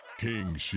King